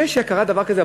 אחרי שקרה דבר כזה,